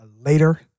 later